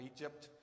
Egypt